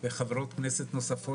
ורוצה לטפל בו.